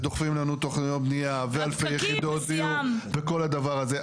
ודוחפים לנו תוכניות בנייה ואלפי יחידות דיור וכל הדבר הזה,